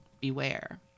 beware